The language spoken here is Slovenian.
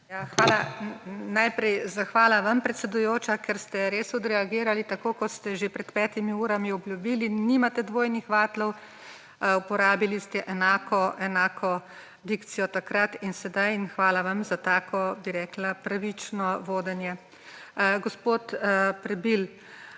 Hvala. Najprej zahvala vam, predsedujoča, ker ste res odreagirali tako, kot ste že pred petimi urami obljubili. Nimate dvojnih vatlov, uporabili ste enako dikcijo takrat in sedaj. Hvala vam za tako, bi rekla, pravično vodenje. Gospod Prebil,